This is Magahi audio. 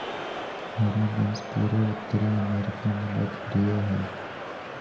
हरा बीन्स पूरे उत्तरी अमेरिका में लोकप्रिय हइ